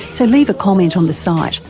so leave a comment on the site,